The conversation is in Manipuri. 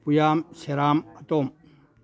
ꯄꯨꯌꯥꯝ ꯁꯦꯔꯥꯝ ꯑꯇꯣꯝ